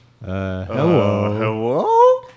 Hello